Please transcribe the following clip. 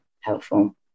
helpful